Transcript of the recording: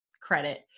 credit